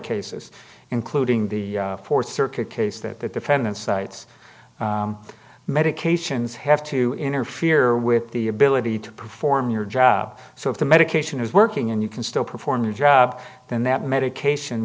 cases including the fourth circuit case that the defendant cites medications have to interfere with the ability to perform your job so if the medication is working and you can still perform your job then that medication